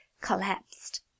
collapsed